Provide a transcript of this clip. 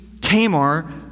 Tamar